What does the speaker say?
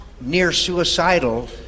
near-suicidal